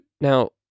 now